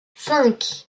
cinq